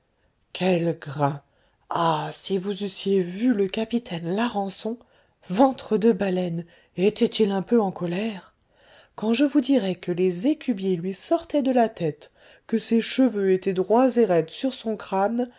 quel grain ah si vous eussiez vu le capitaine larençon ventre de baleine était-il un peu en colère quand je vous dirai que les écubiers lui sortaient de la tête que ses cheveux étaient droits et raides sur son crâne